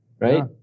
right